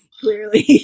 Clearly